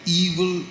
evil